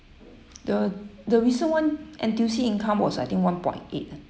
the the recent one N_T_U_C income was I think one point eight ah